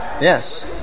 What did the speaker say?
yes